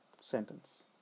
sentence